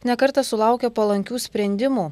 ne kartą sulaukė palankių sprendimų